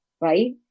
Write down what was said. right